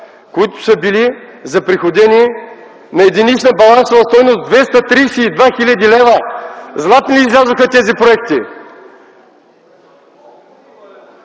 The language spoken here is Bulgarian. които са били заприходени на единична балансова стойност 232 хил. лв.!? Златни ни излязоха тези пилони!